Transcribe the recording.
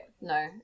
No